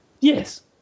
Yes